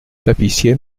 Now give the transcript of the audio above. tapissier